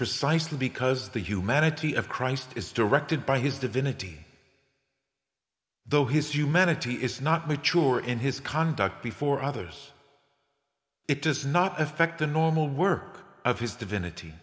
precisely because the humanity of christ is directed by his divinity though his humanity is not mature in his conduct before others it does not affect the normal work of his divinity